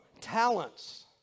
talents